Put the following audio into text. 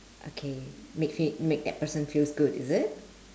okay make make make that person feels good is it